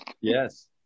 Yes